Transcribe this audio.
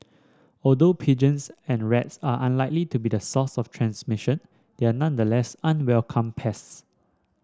although pigeons and rats are unlikely to be the source of the transmission they are nonetheless unwelcome pests